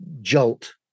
jolt